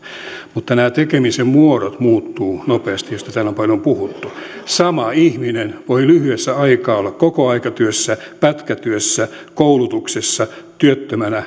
nämä tekemiset muodot muuttuvat nopeasti mistä täällä on paljon puhuttu sama ihminen voi lyhyessä ajassa olla kokoaikatyössä pätkätyössä koulutuksessa työttömänä